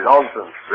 Nonsense